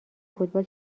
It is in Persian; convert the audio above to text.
فوتبال